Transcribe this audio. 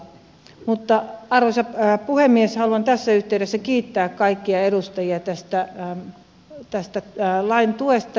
mutta arvoisa puhemies haluan tässä yhteydessä kiittää kaikkia edustajia tästä lain tuesta